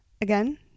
again